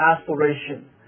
aspiration